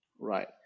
Right